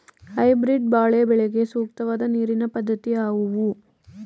Hybrid ಬಾಳೆ ಬೆಳೆಗೆ ಸೂಕ್ತವಾದ ನೀರಿನ ಪದ್ಧತಿ ಯಾವುದು?